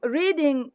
reading